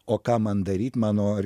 o ką man daryt mano